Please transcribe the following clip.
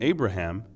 Abraham